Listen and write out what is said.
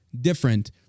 different